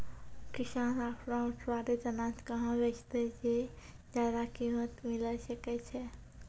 किसान आपनो उत्पादित अनाज कहाँ बेचतै जे ज्यादा कीमत मिलैल सकै छै?